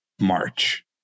March